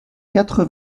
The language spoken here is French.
quatre